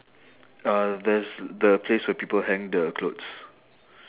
uh there's the place where people hang the clothes